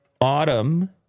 autumn